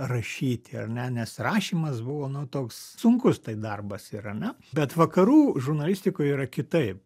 rašyti ar ne nes rašymas buvo nu toks sunkus tai darbas yra a ne bet vakarų žurnalistikoje yra kitaip